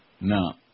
No